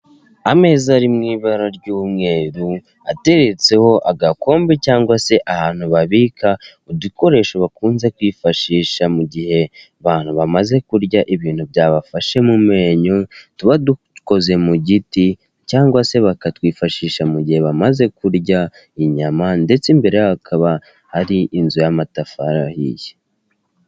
Ameza ari mu ibara ry'umweru ateretseho agakombe cyangwa se ahantu babika udukoresho bakunze kwifashisha mu gihe abantu bamaze kurya ibintu byabafashe mu menyo, tuba dukoze mu giti cyangwa se bakatwifashisha mu gihe bamaze kurya inyama ndetse imbere yaho hakaba ari inzu y'amatafari ahiye.